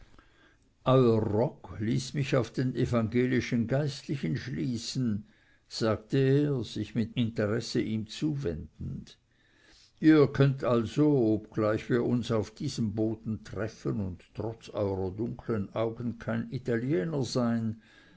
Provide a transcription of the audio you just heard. rock ließ mich auf den evangelischen geistlichen schließen sagte er sich mit interesse ihm zuwendend ihr könnt also obgleich wir uns auf diesem boden treffen und trotz eurer dunkeln augen kein italiener sein